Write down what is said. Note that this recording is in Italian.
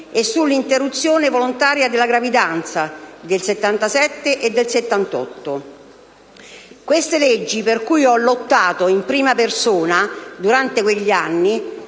e sull'interruzione volontaria della gravidanza, del 1977 e del 1978. Queste leggi, per cui ho lottato in prima persona durante quegli anni,